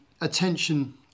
attention